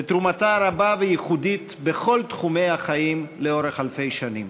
ותרומתה רבה וייחודית בכל תחומי החיים לאורך אלפי שנים.